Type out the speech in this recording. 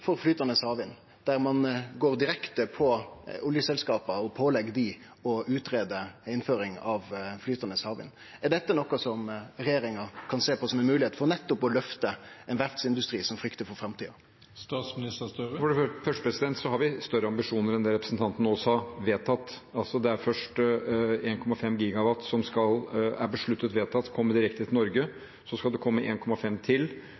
for flytande havvind der ein går direkte på oljeselskapa og pålegg dei å greie ut innføring av flytande havvind. Er dette noko som regjeringa kan sjå på som ei moglegheit for nettopp å løfte ein verftsindustri som fryktar for framtida? For det første har vi vedtatt større ambisjoner enn det representanten nå sa. Det er først 1,5 GW som er besluttet vedtatt å komme direkte til Norge. Så skal det komme 1,5 GW til,